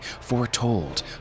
Foretold